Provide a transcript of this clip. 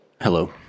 Hello